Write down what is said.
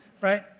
Right